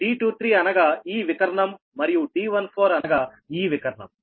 d23 అనగా ఈ వికర్ణం మరియు d14 అనగా ఈ వికర్ణం